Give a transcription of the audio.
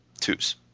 Twos